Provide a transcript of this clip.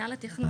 במינהל התכנון.